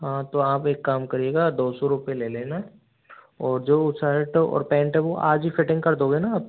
हाँ तो आप एक काम करिएगा दौ सौ रुपये ले लेना और जो शर्ट और पेंट है वो आज ही फिटिंग करदोगे ना आप